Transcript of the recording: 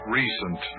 recent